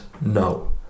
No